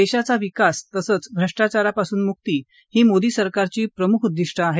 देशाचा विकास तसंच भ्रष्टाचारापासून मुक्ती ही मोदी सरकारची प्रमुख उद्दिष्ट आहेत